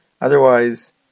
Otherwise